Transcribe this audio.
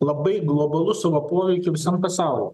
labai globalus savo poveikį visam pasauliui